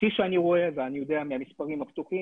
כפי שאני רואה ואני יודע מהמספרים הפתוחים